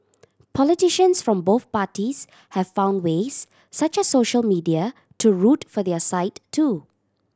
politicians from both parties have found ways such as social media to root for their side too